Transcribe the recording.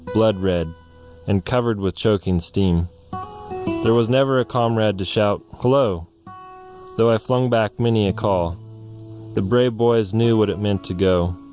blood red and covered with choking steam there was never a comrade to shout hello though i flung back many a call the brave boys knew what it meant to go.